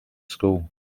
school